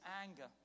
anger